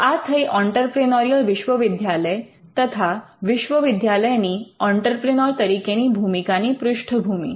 તો આ થઈ ઑંટરપ્રિનોરિયલ વિશ્વવિદ્યાલય તથા વિશ્વવિદ્યાલયની ઑંટરપ્રિનોર તરીકેની ભૂમિકાની પૃષ્ઠભૂમિ